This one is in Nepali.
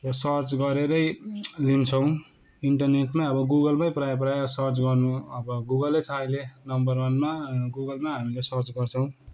सर्च गरेरै लिन्छौँ इन्टरनेटमा अब गुगलमै प्रायः प्रायः सर्च गर्नु अब गुगलै छ अब अहिले नम्बर वानमा गुगलमै हामीले सर्च गर्छोँ